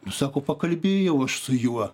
ir sako pakalbėjau aš su juo